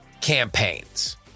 campaigns